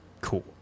cool